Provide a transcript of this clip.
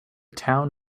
town